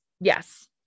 yes